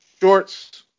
shorts